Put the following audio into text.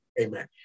Amen